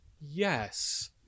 Yes